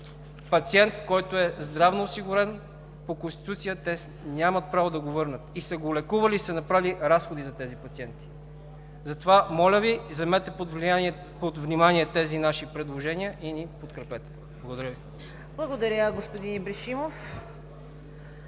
пациент, който е здравноосигурен. По Конституцията те нямат право да го върнат и са го лекували, направили са разходи за тези пациенти. Затова, моля Ви, вземете под внимание тези наши предложения и ни подкрепете. Благодаря Ви. ПРЕДСЕДАТЕЛ ЦВЕТА